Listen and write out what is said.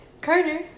Carter